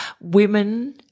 women